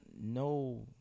no